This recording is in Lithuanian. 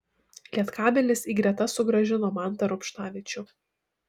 lietkabelis į gretas sugrąžino mantą rubštavičių